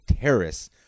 terrorists